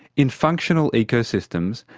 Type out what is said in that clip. in functional ecosystems,